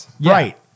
right